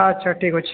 ଅଚ୍ଛା ଠିକ୍ ଅଛି